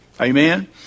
Amen